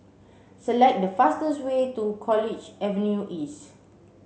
select the fastest way to College Avenue East